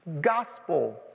gospel